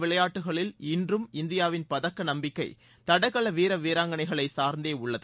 விளையாட்டுகளில் இன்றும் இந்தியாவின் பதக்க நம்பிக்கை வீரர் ஆசிய தடகள வீராங்கனைகளை சார்ந்தே உள்ளது